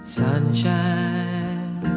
sunshine